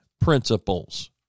principles